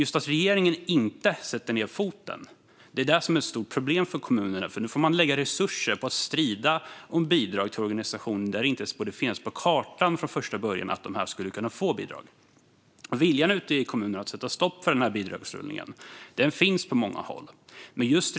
Att regeringen inte sätter ned foten är ett stort problem för kommunerna, för de får nu lägga resurser på att strida om bidrag till organisationer som inte från första början borde kunna få bidrag - det borde inte finnas på kartan. Viljan att sätta stopp för bidragsrullningen finns på många håll ute i kommunerna.